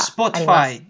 Spotify